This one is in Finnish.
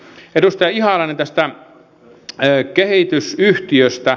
edustaja ihalainen tästä kehitysyhtiöstä